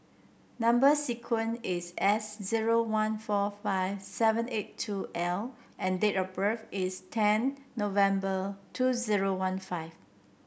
number sequence is S zero one four five seven eight two L and date of birth is ten November two zero one five